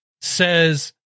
says